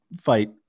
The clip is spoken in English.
fight